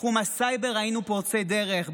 בתחום הסייבר היינו פורצי דרך,